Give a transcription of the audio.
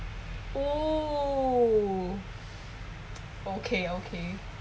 oo okay okay